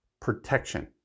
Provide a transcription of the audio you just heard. protection